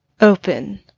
Open